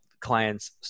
clients